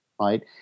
right